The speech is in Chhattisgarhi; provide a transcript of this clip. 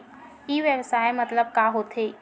ई व्यवसाय मतलब का होथे?